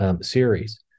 series